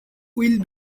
will